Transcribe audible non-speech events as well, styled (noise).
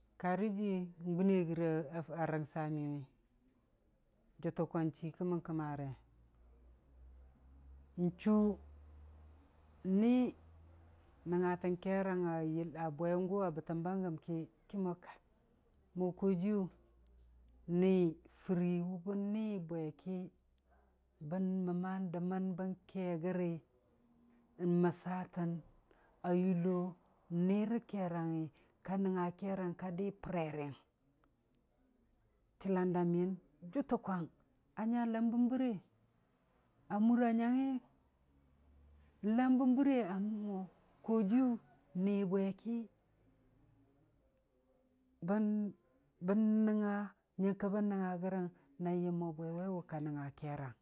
Karə ji'i n'gune gune rəga rəngsa niyʊwi, jətta kwang chii kə mən kəmare, n'chuu ni nəngngatən keerang a bwengʊ a bətəm ba bagəm ki, ki mo kai, mo koojiyu ni furii wʊ bən ni bwe ki, bən məma dəmən kee gərə n'məssatən a yullo ni rə keerangngi a nəngnga keerang ka di preriyəng, chəllan da niyən jʊtʊkwang, anya lambən bɨrre, a mura nyangngi, lambən bɨrre (unintelligible) mo, koojiiyu, ni bwe ki, bən- bən nəngnga nyəngkə bən nəngnga gərəng na yəm mo bwe waiwu ka nənguga keerang.